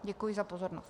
Děkuji za pozornost.